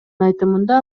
айтымында